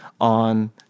on